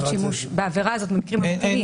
שימוש בעבירה הזאת במקרים המתאימים.